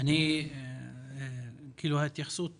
ההתייחסות